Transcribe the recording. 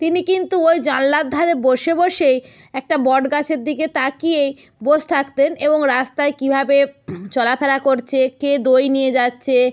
তিনি কিন্তু ওই জানলার ধারে বসে বসেই একটা বট গাছের দিকে তাকিয়েই বসে থাকতেন এবং রাস্তায় কীভাবে চলা ফেরা করছে কে দই নিয়ে যাচ্ছে